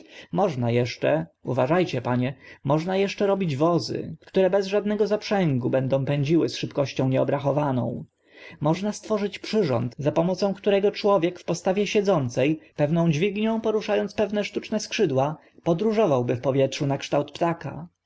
uważa cie panie można eszcze robić wozy które bez żadnego zaprzęgu będą pędziły z szybkością nieobrachowaną można stworzyć przyrząd za pomocą którego człowiek w postawie siedzące pewną dźwignią porusza ąc pewne sztuczne skrzydła podróżowałby w powietrzu na kształt ptaka